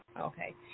Okay